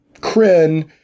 Kryn